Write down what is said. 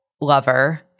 lover